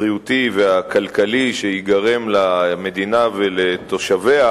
הבריאותי והכלכלי שייגרם למדינה ולתושביה